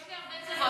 יש לי הרבה תשובות.